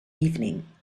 evening